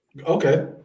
okay